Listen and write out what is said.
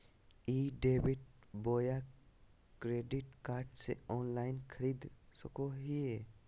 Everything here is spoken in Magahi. ई डेबिट बोया क्रेडिट कार्ड से ऑनलाइन खरीद सको हिए?